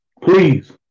Please